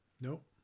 Nope